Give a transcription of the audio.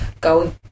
go